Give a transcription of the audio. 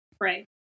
Right